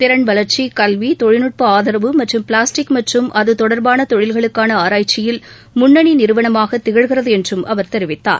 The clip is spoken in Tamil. திறன் வளர்ச்சி கல்வி தொழில்நுட்ப ஆதரவு மற்றும் பிளாஸ்டிக் மற்றும் அது தொடர்பான தொழில்களுக்கான ஆராய்ச்சியில் முன்னணி நிறுவனமாக திகழ்கிறது என்றும் அவர் கெரிவிக்கார்